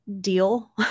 deal